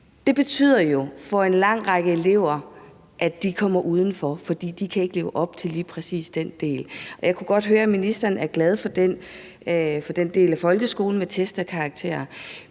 Det betyder jo for en lang række elever, at de kommer til at falde ud, for de kan ikke leve op til lige præcis den del. Jeg kunne godt høre, at ministeren er glad for den del af folkeskolen, der handler om test og karakterer,